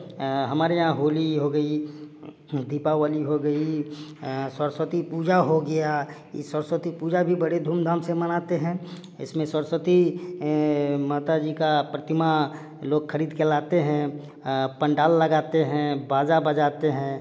हमारे यहाँ होली हो गई दीपावली हो गई सरस्वती पूजा हो गया सरस्वती पूजा भी बड़े धूम धाम से मनाते हैं इसमें सरस्वती माता जी का प्रतिमा लोग खरीद के लाते हैं पंडाल लगाते हैं बाजा बजाते हैं